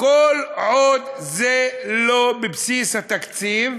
אז מה, יש החלטה, כל עוד זה לא בבסיס התקציב,